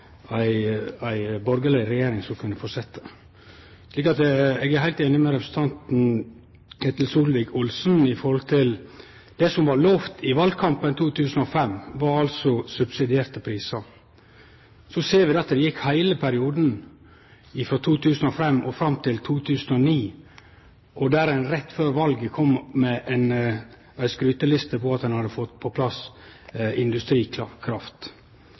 ei raud-grøn regjering i staden for at ei borgarleg regjering kunne fortsetje. Eg er heilt einig med representanten Ketil Solvik-Olsen i at det som var lovt i valkampen i 2005, var subsidierte prisar. Så gjekk heile perioden frå 2005 og fram til 2009, der ein rett før valet kom med ei skryteliste for at ein hadde fått på plass